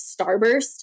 starburst